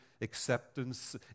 acceptance